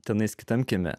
tenais kitam kieme